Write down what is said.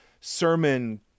sermon